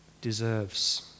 deserves